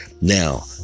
Now